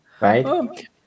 Right